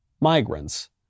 migrants